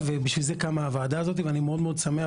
לכן קמה הוועדה הזאת ואני מאוד מאוד שמח